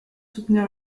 soutenir